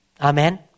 Amen